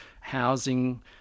housing